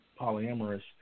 polyamorous